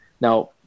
Now